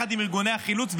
יחד עם ארגוני החילוץ,